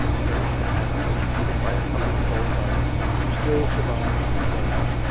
first to have her educated by a couple of old nuns who still survived in derby,